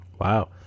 Wow